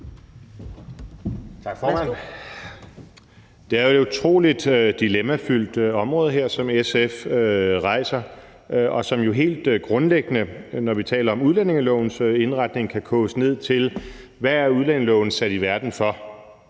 Det er jo et utrolig dilemmafyldt område, som SF peger på, og som jo helt grundlæggende, når vi taler om udlændingelovens indretning, kan koges ned til: Hvad er udlændingeloven sat i verden for